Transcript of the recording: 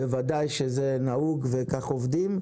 בוודאי שזה נהוג וכך עובדים.